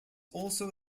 also